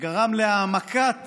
גרם להעמקת